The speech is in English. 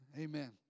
Amen